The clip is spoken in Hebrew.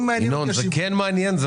ינון, זה כן מעניין.